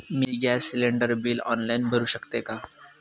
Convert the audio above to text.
मी gas cylinder bill online भरु शकते का?